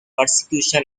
persecution